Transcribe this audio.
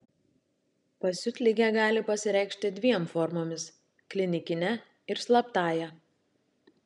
pasiutligė gali pasireikšti dviem formomis klinikine ir slaptąja